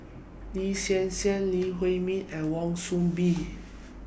Lin Hsin Hsin Lee Huei Min and Wan Soon Bee